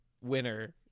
winner